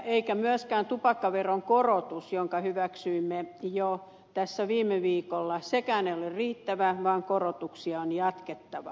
eikä myöskään tupakkaveron korotus jonka hyväksyimme jo tässä viime viikolla ole riittävä vaan korotuksia on jatkettava